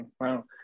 wow